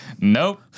Nope